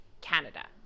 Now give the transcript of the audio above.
Canada